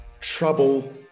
trouble